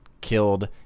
killed